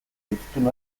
hiztun